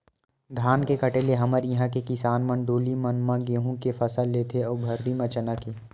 धान के कटे ले हमर इहाँ के किसान मन डोली मन म गहूँ के फसल लेथे अउ भर्री म चना के